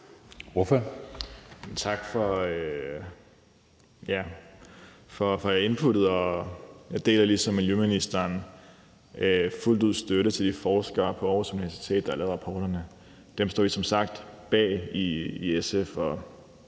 (SF): Tak for det input, og jeg deler ligesom miljøministeren fuldt ud støtten til de forskere på Aarhus Universitet, der har lavet rapporten. Dem står vi i SF som sagt bag og